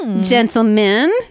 Gentlemen